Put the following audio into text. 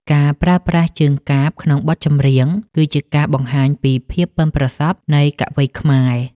ការប្រើប្រាស់ជើងកាព្យក្នុងបទចម្រៀង គឺជាការបង្ហាញពីភាពប៉ិនប្រសប់នៃកវីខ្មែរ។